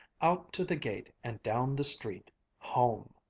out to the gate and down the street home!